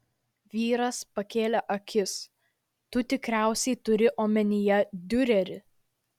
vyras pakėlė akis tu tikriausiai turi omenyje diurerį